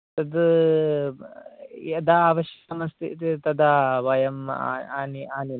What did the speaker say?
तत् यदा आवश्यकम् अस्ति तदा वयं आनी आनीमः